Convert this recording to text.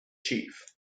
chief